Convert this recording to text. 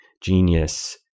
genius